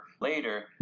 later